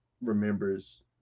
remembers